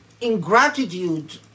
Ingratitude